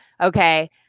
Okay